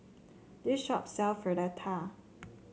this shop sell Fritada